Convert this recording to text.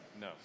No